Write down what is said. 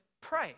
pray